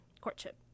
courtship